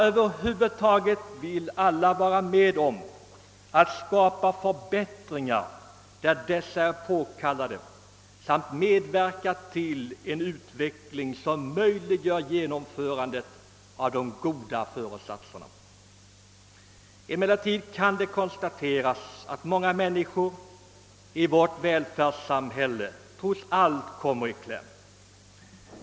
Över huvud taget vill alla vara med om att skapa förbättringar där dessa är påkallade och medverka till en utveckling som möjliggör genomförandet av de goda föresatserna. Emellertid kan det konstateras att många människor i vårt välfärdssamhälle trots allt kommit i kläm.